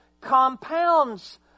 compounds